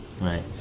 right